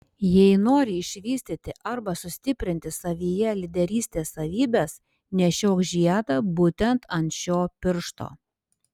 jei nori išvystyti arba sustiprinti savyje lyderystės savybes nešiok žiedą būtent ant šio piršto